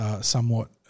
somewhat